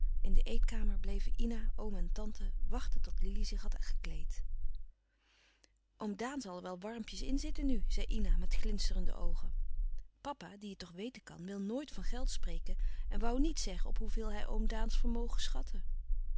in de eetkamer bleven ina oom en tante wachten tot lili zich had gekleed oom daan zal er wel warmpjes in zitten nu zei ina met glinsterende oogen papa die het toch weten kan wil nooit van geld spreken en woû niet zeggen op hoeveel hij oom daans vermogen schatte